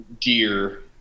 deer